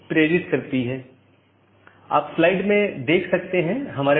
एक विशेष उपकरण या राउटर है जिसको BGP स्पीकर कहा जाता है जिसको हम देखेंगे